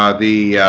um the